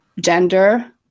gender